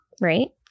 Right